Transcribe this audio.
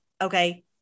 okay